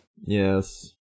Yes